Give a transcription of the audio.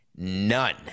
none